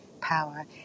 power